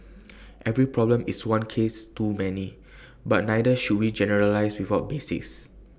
every problem is one case too many but neither should we generalise without basis